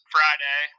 Friday